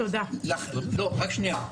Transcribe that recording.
אני חושב